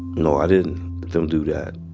no, i didn't don't do that.